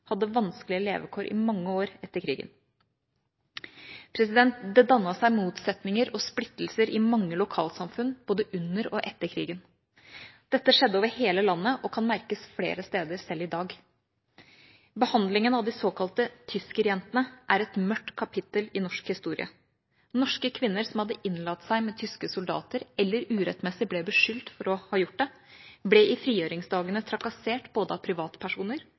hadde vanskelige levekår i mange år etter krigen. Det dannet seg motsetninger og splittelser i mange lokalsamfunn både under og etter krigen. Dette skjedde over hele landet og kan merkes flere steder selv i dag. Behandlingen av de såkalte tyskerjentene er et mørkt kapittel i norsk historie. Norske kvinner som hadde innlatt seg med tyske soldater, eller urettmessig ble beskyldt for å ha gjort det, ble i frigjøringsdagene trakassert av både privatpersoner,